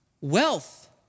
Wealth